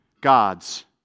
God's